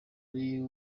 ari